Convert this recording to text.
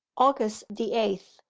august the eighth.